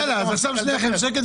שאלה למיכל.